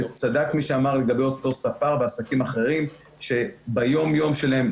צדק מי שאמר לגבי אותו ספר והעסקים אחרים שביום-יום שלהם,